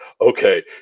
okay